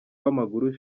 w’amaguru